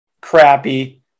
crappy